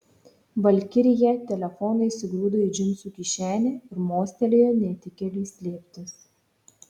valkirija telefoną įsigrūdo į džinsų kišenę ir mostelėjo netikėliui slėptis